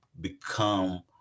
become